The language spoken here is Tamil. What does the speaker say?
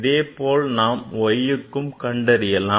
இதேபோல் நாம் yக்கும் கண்டறியலாம்